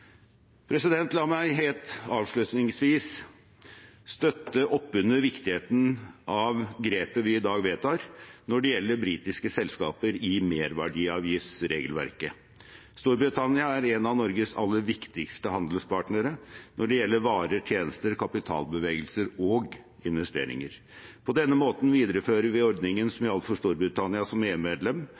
La meg helt avslutningsvis støtte opp under viktigheten av grepet vi i dag vedtar når det gjelder britiske selskaper i merverdiavgiftsregelverket. Storbritannia er en av Norges aller viktigste handelspartnere når det gjelder varer, tjenester, kapitalbevegelser og investeringer. På denne måten viderefører vi ordningen som gjaldt for Storbritannia som EU-medlem. Det er